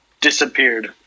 Disappeared